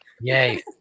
Yay